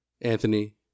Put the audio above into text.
Anthony